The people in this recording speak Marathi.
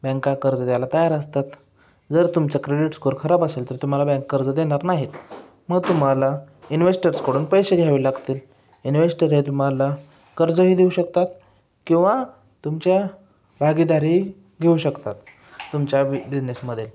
बँका कर्ज द्यायला तयार असतात जर तुमचं क्रेडीट स्कोअर खराब असेल तर तुम्हाला बँक कर्ज देणार नाहीत मग तुम्हाला इन्व्हेस्टर्सकडून पैसे घ्यावे लागतील इन्व्हेस्टर हे तुम्हाला कर्जही देऊ शकतात किंवा तुमच्या भागिदारी घेऊ शकतात तुमच्या बि बिझनेसमध्ये